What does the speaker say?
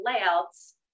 layouts